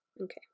Okay